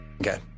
okay